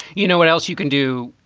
you know what else you can do.